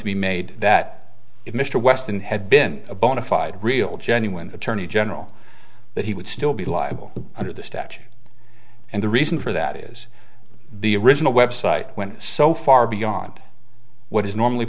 to be made that if mr weston had been a bona fide real genuine attorney general that he would still be liable under the statute and the reason for that is the original website went so far beyond what is normally